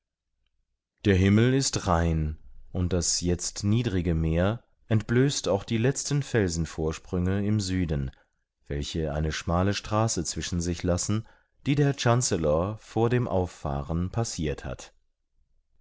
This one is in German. der himmel ist rein und das jetzt niedrige meer entblößt auch die letzten felsenvorsprünge im süden welche eine schmale straße zwischen sich lassen die der chancellor vor dem auffahren passirt hat